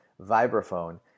vibraphone